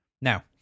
Now